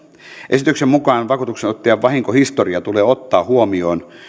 esityksen mukaan vakuutuksenottajan vahinkohistoria tulee ottaa huomioon